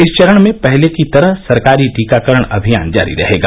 इस चरण में पहले की तरह सरकारी टीकाकरण अभियान जारी रहेगा